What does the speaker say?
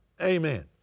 Amen